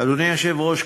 אדוני היושב-ראש,